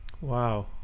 Wow